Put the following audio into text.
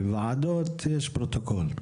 בוועדות יש פרוטוקול.